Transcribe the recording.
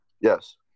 Yes